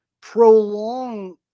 prolong